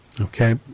Okay